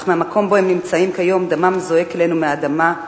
אך מהמקום שבו הם נמצאים כיום דמם זועק אלינו מהאדמה,